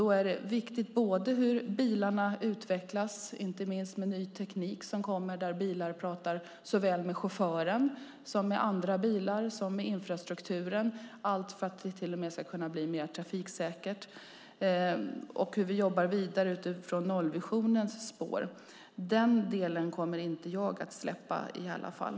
Då är det viktigt hur bilarna utvecklas, inte minst med ny teknik, där bilar pratar med såväl chauffören som andra bilar, samt att utveckla infrastrukturen, allt för att det ska kunna bli mer trafiksäkert. Vi jobbar vidare i nollvisionens spår. Den delen kommer inte jag att släppa i alla fall.